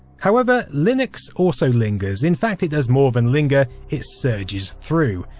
however, linux also lingers. in fact, it does more than linger, it surges through.